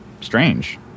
strange